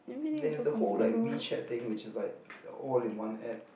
they have the whole like WeChat thing which is like the all in one App